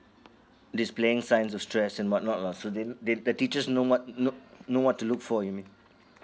displaying signs to stress and what not lah so they they the teachers know what know know what to look for you mean